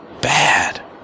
bad